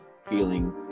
feeling